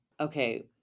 Okay